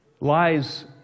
Lies